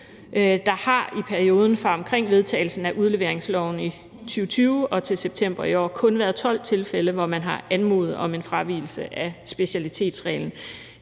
Der har i perioden fra omkring vedtagelsen af udleveringsloven i 2020 og til september i år kun været 12 tilfælde, hvor man har anmodet om en fravigelse af specialitetsreglen.